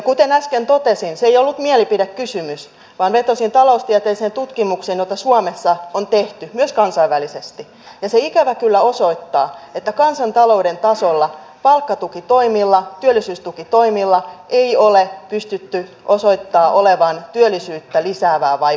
kuten äsken totesin se ei ollut mielipidekysymys vaan vetosin taloustieteelliseen tutkimukseen jota suomessa on tehty ja myös kansainvälisesti ja se ikävä kyllä osoittaa että kansantalouden tasolla palkkatukitoimilla työllisyystukitoimilla ei ole pystytty osoittamaan olevan työllisyyttä lisäävää vaikutusta